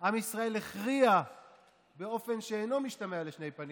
עם ישראל הכריע באופן שאינו משתמע לשני פנים,